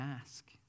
ask